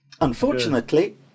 Unfortunately